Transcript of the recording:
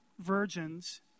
virgins